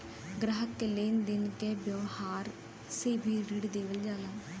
ग्राहक के लेन देन के व्यावहार से भी ऋण देवल जाला